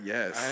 Yes